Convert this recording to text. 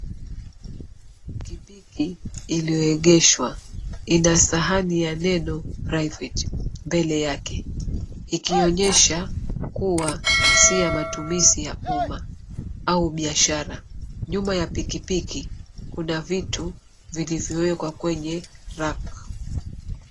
Pikipiki iliyoegeshwa ina sahani ya neno private mbele yake ikionyesha kuwa si ya matumizi ya umma au biashara. Nyuma ya pikipiki Kuna vitu vilivyowekwa kwenye rack .